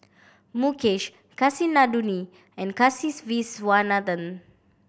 Mukesh Kasinadhuni and Kasiviswanathan